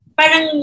parang